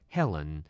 Helen